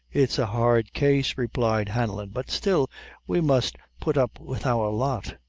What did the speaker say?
it's a hard case, replied hanlon, but still we must put up with our lot.